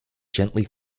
gently